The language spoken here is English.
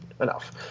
enough